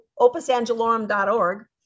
opusangelorum.org